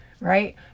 right